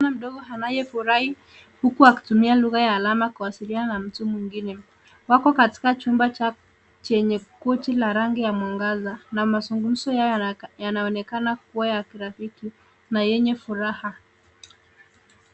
Kijana mdogo anayefurahi huku akitumia lugha ya alama kuwasiliana, wako katika chumba Chenye koti la rangi ya mwangaza na mazungumzi yao yanaonekana kuwa ya kirafiki na yenye furaha.